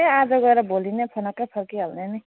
ए आज गएर भोलि नै फनक्कै फर्किहाल्ने नि